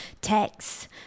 text